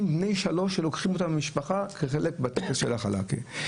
בני שלוש שהמשפחה לוקחת אותם כחלק מטקס החלאקה.